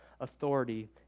authority